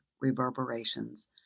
reverberations